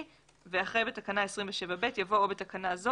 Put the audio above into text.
ואחרי "בתקנה 27ב" יבוא "או בתקנה זאת".